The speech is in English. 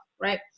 right